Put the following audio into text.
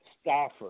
Stafford